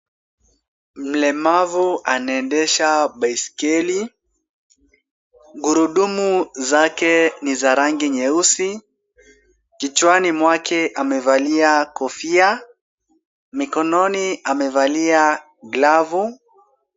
Mlemavu anaendesha baisikeli. Gurudumu zake ni za rangi nyeusi. Kichwani mwake amevalia kofia. Mikononi amevalia glavu.